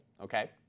okay